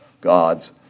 God's